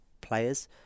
players